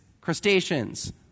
crustaceans